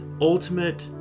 ultimate